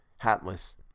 hatless